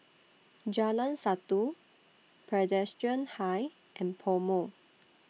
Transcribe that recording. Jalan Satu Presbyterian High and Pomo